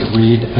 read